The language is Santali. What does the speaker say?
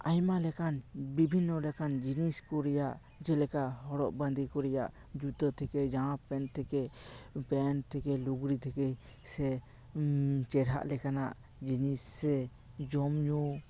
ᱟᱭᱢᱟ ᱞᱮᱠᱟᱱ ᱵᱤᱵᱷᱤᱱᱱᱚ ᱞᱮᱠᱟᱱ ᱡᱤᱱᱤᱥ ᱠᱚ ᱨᱮᱭᱟᱜ ᱡᱮᱞᱮᱠᱟ ᱦᱚᱨᱚᱜ ᱵᱟᱸᱫᱮ ᱠᱚ ᱨᱮᱭᱟᱜ ᱡᱩᱛᱟᱹ ᱛᱷᱮᱠᱮ ᱡᱟᱢᱟ ᱯᱮᱱ ᱛᱷᱮᱠᱮ ᱯᱮᱱ ᱛᱷᱮᱠᱮ ᱞᱩᱜᱽᱲᱤ ᱛᱷᱮᱠᱮ ᱥᱮ ᱪᱮᱨᱦᱟ ᱞᱮᱠᱟᱱᱟᱜ ᱡᱤᱱᱤᱥ ᱥᱮ ᱡᱚᱢᱧᱩ